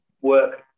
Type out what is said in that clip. work